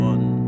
One